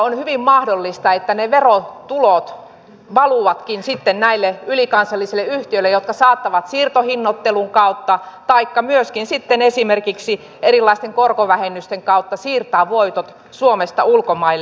on hyvin mahdollista että ne verotulot valuvatkin sitten näille ylikansallisille yhtiöille jotka saattavat siirtohinnoittelun kautta taikka myöskin sitten esimerkiksi erilaisten korkovähennysten kautta siirtää voitot suomesta ulkomaille